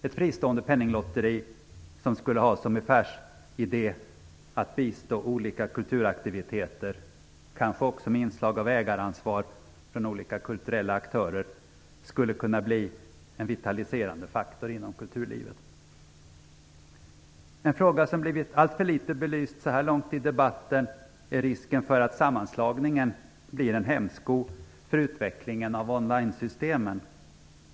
Ett fristående Penninglotteri som skulle ha som affärsidé att bistå olika kulturaktiviteter, kanske med ägaransvar från olika kulturella aktörer, skulle kunna bli en vitaliserande faktor inom kulturlivet. En fråga som blivit alltför litet belyst så här långt i debatten är risken för att sammanslagningen blir en hämsko för utvecklingen av on line-systemen.